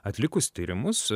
atlikus tyrimus